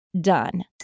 done